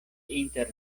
inter